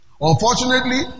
Unfortunately